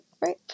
right